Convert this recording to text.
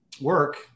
work